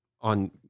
on